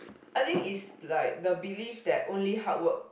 I think is like the beliefs that only hardwork